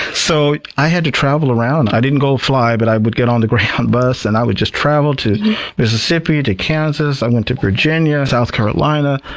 so i had to travel around. i didn't fly, fly, but i would get on the greyhound bus, and i would just travel to mississippi, to kansas. i went to virginia, south carolina.